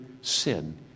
sin